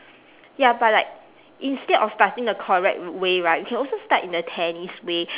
ya but like instead of starting the correct way right we can also start in the tennis way